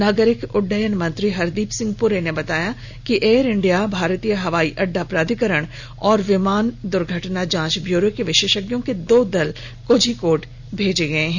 नागरिक उड्डयन मंत्री हरदीप सिंह पुरी ने बताया कि एयर इंडिया भारतीय हवाई अड्डा प्राधिकरण और विमान दुर्घटना जांच ब्यूरो के विशेषज्ञों के दो दल कोझिकोड भेजे गए हैं